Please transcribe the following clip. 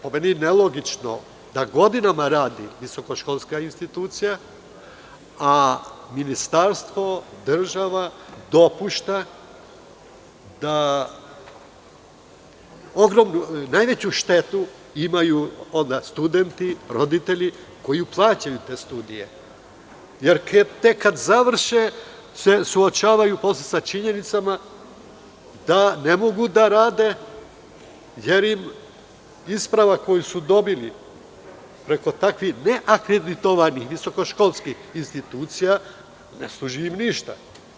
Po meni je nelogično da godinama radi visokoškolska ustanova, a ministarstvo, država dopušta da najveću štetu imaju studenti, roditelji koji plaćaju te studije, jer tek kada završe se suočavaju sa činjenicom da ne mogu da rade, jer isprava koju su dobili preko takvih neakreditovanih visokoškolskih institucija ne služi ničemu.